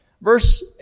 Verse